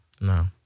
No